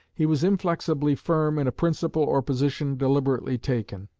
he was inflexibly firm in a principle or position deliberately taken.